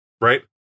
right